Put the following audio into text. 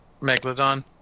Megalodon